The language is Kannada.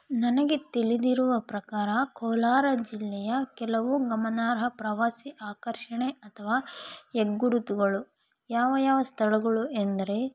ನನಗೆ ತಿಳಿದಿರುವ ಪ್ರಕಾರ ಕೋಲಾರ ಜಿಲ್ಲೆಯ ಕೆಲವು ಗಮನಾರ್ಹ ಪ್ರವಾಸಿ ಆಕರ್ಷಣೆ ಅಥವಾ ಹೆಗ್ಗುರುತುಗಳು ಯಾವ ಯಾವ ಸ್ಥಳಗಳು ಎಂದರೆ